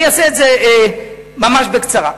אני אעשה את זה ממש בקצרה.